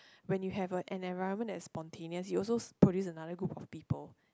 when you have a an environment that's spontaneous you also produce another group of people